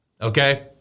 Okay